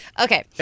Okay